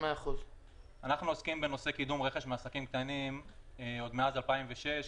אנחנו עוסקים בקידום רכש מעסקים קטנים עוד מאז 2006,